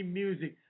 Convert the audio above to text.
music